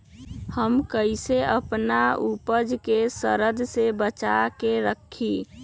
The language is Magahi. हम कईसे अपना उपज के सरद से बचा के रखी?